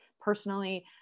personally